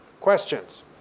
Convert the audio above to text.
Questions